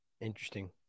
Interesting